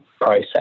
process